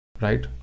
right